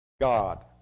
God